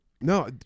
No